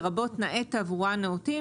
לרבות תנאי תברואה נאותים,